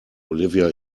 olivia